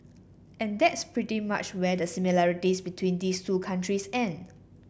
and that's pretty much where the similarities between these two countries end